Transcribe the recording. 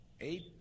eight